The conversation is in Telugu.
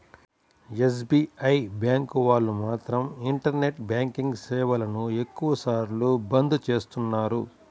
ఎస్.బీ.ఐ బ్యాంకు వాళ్ళు మాత్రం ఇంటర్నెట్ బ్యాంకింగ్ సేవలను ఎక్కువ సార్లు బంద్ చేస్తున్నారు